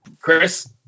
Chris